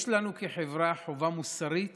יש לנו כחברה חובה מוסרית